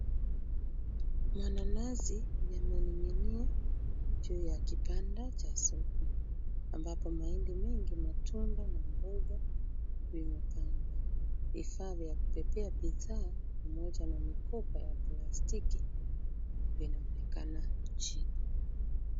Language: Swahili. Mananasi yamening'inia juu ya kibanda cha soko ambapo mahindi mingi, matunda na mboga vimepangwa. Vifaa vya kubebea bidhaa pamoja na mikopa ya plastiki vinaonekana kwa chini.